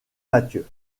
mathieu